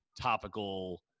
topical